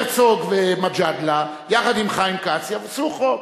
הרצוג ומג'אדלה, יחד עם חיים כץ, יעשו חוק: